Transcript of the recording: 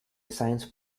science